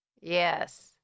Yes